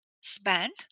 spend